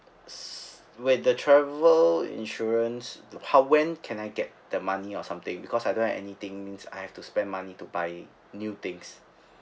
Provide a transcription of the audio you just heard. s~ when the travel insurance how when can I get the money or something because I don't have anything I have to spend money to buy new things